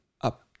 up